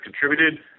contributed